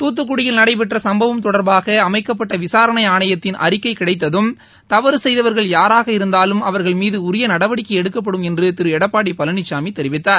தூத்துக்குடியில் நடைபெற்ற சும்பவம் தொடர்பாக அமைக்கப்பட்ட விசாரணை ஆணையத்தின் அறிக்கை கிடைத்ததும் தவறு செய்தவர்கள் யாராக இருந்தாலும் அவர்கள் மீது உரிய நடவடிக்கை எடுக்கப்படும் என்று திரு எடப்பாடி பழனிசாமி தெரிவித்தார்